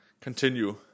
continue